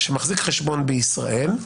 שמחזיק חשבון בישראל,